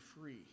free